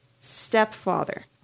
stepfather